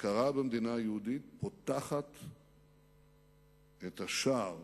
הכרה במדינה היהודית פותחת את השער